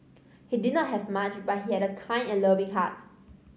he did not have much but he had a kind and loving heart